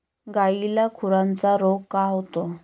गायीला खुराचा रोग का होतो?